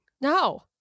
No